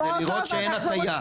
כדי לראות שאין הטיה.